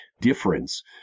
difference